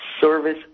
service